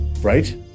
Right